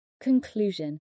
Conclusion